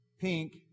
pink